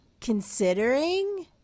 considering